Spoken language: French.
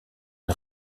une